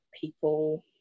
people